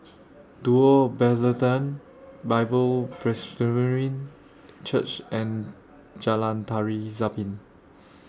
Duo Bethlehem Bible Presbyterian Church and Jalan Tari Zapin